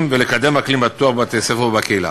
ולקדם אקלים בטוח בבתי-הספר ובקהילה.